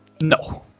No